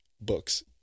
books